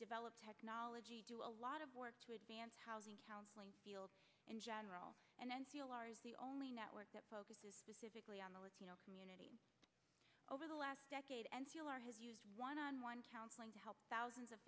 develop technology do a lot of work to advance housing counseling field in general and then feel are is the only network that focuses specifically on the latino community over the last decade and still are has used one on one counseling to help thousands of